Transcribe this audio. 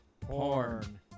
porn